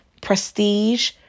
prestige